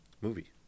movie